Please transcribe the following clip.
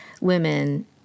women